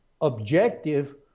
objective